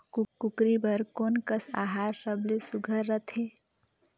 कूकरी बर कोन कस आहार सबले सुघ्घर रथे?